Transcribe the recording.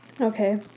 Okay